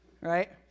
right